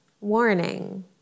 warning